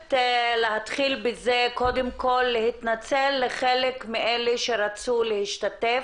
חייבת קודם כל להתנצל לחלק מאלה שרצו להשתתף.